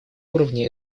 уровне